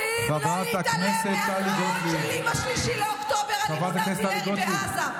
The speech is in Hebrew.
יודעים לא להתעלם מההתרעות שלי ב-3 באוקטובר על אימון ארטילרי בעזה.